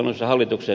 puhemies